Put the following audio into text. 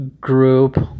group